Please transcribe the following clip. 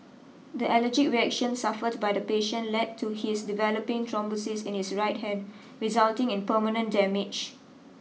the allergic reaction suffered by the patient led to his developing thrombosis in his right hand resulting in permanent damage